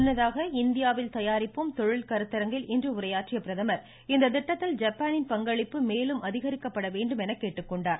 முன்னதாக இந்தியாவில் தயாரிப்போம் தொழில் கருத்தரங்கில் உரையாற்றிய பிரதமா் இத்திட்டத்தில் ஜப்பானின் பங்களிப்பு மேலும் அதிகரிக்கப்பட வேண்டும் என்று கேட்டுக்கொண்டார்